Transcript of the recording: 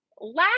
Last